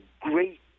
great